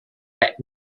had